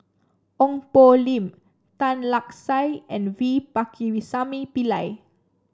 Ong Poh Lim Tan Lark Sye and V Pakirisamy Pillai